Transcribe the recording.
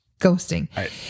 Ghosting